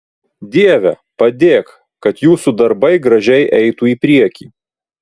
dieve padėk kad jūsų darbai gražiai eitų į priekį